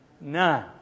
None